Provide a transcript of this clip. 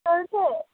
চলছে